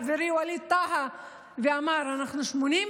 וחברי ווליד טאהא אמר: אנחנו 82